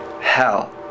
hell